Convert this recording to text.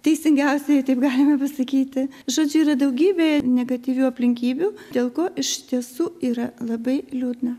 teisingiausia jei taip galime sakyti žodžiu yra daugybė negatyvių aplinkybių dėl ko iš tiesų yra labai liūdna